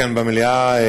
עשתה את זה,